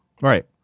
right